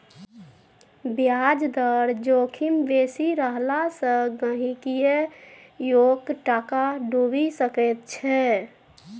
ब्याज दर जोखिम बेसी रहला सँ गहिंकीयोक टाका डुबि सकैत छै